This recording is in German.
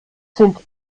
sind